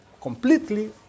completely